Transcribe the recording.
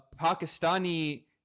pakistani